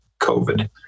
covid